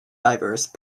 diverse